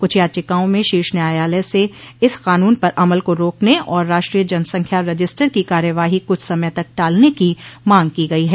क्छ याचिकाओं में शीर्ष न्यायालय से इस कानून पर अमल को रोकने और राष्ट्रीय जनसंख्या रजिस्टर की कार्यवाही कुछ समय तक टालने की मांग की गई है